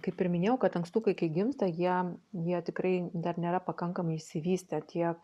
kaip ir minėjau kad ankstukai kai gimsta jie jie tikrai dar nėra pakankamai išsivystę tiek